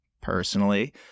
personally